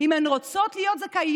אם הן רוצות להיות זכאיות